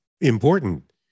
important